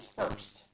first